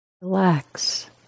Relax